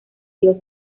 dios